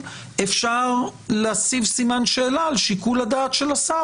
אפשר לשים סימן שאלה על שיקול הדעת של השר,